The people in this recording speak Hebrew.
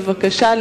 בבקשה,